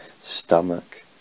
stomach